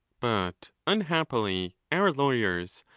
but unhappily our lawyers,